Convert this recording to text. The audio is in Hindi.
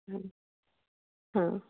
हाँ